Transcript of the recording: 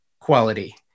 quality